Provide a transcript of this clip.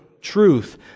truth